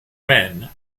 men